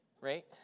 right